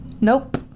nope